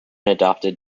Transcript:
adopted